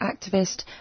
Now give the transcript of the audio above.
activist